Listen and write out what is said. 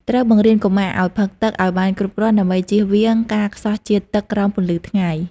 ត្រូវបង្រៀនកុមារឱ្យ ផឹកទឹក ឱ្យបានគ្រប់គ្រាន់ដើម្បីជៀសវាងការខ្សោះជាតិទឹកក្រោមពន្លឺថ្ងៃ។